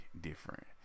different